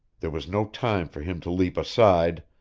there was no time for him to leap aside,